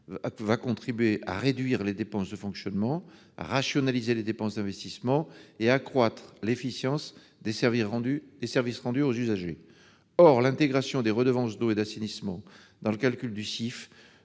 contribuera à réduire les dépenses de fonctionnement, à rationaliser les dépenses d'investissement et à accroître l'efficience des services rendus aux usagers. Or l'intégration des redevances d'eau et d'assainissement dans le calcul du CIF